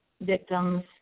victims